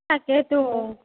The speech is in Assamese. তাকেইটো